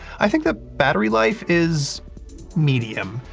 i think the battery life is medium.